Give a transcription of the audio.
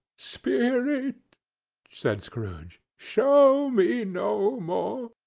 spirit! said scrooge, show me no more!